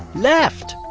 left?